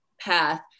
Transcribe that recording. path